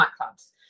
nightclubs